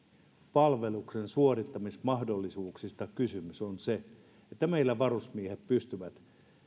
palveluksen suorittamismahdollisuuksista kysymys siitä että meillä varusmiehet pystyvät